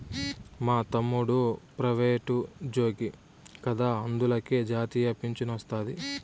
మా తమ్ముడు ప్రైవేటుజ్జోగి కదా అందులకే జాతీయ పింఛనొస్తాది